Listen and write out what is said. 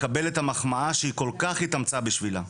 לקבל את המחמאה שהיא כל כך התאמצה בשבילה.